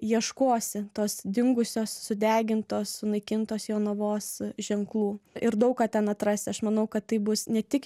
ieškosi tos dingusios sudegintos sunaikintos jonavos ženklų ir daug ką ten atrasi aš manau kad taip bus ne tik